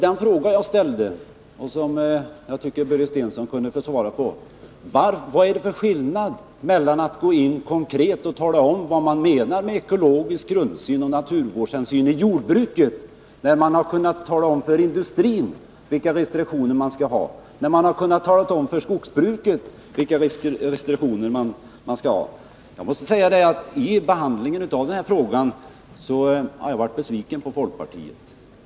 Den fråga jag ställde, och som jag tycker att Börje Stensson kan svara på, löd: Varför skall man inte kunna gå in och konkret tala om vad man menar med ekologisk grundsyn och naturvårdshänsyn i jordbruket, när man har kunnat tala om för industrin och skogsbruket vilka restriktioner ur miljösynpunkt som skall råda? I behandlingen av detta ärende har jag blivit besviken på folkpartiet.